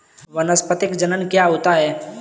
वानस्पतिक जनन क्या होता है?